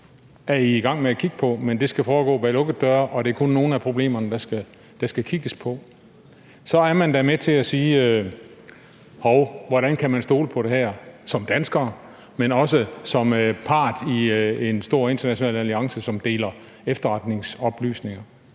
er I i gang med at kigge på, men det skal foregå bag lukkede døre, og det er kun nogle af problemerne, der skal kigges på. Så er man da med til at sige: Hov, hvordan kan man stole på det her som dansker, men også som part i en stor international alliance, som deler efterretningsoplysninger?